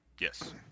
Yes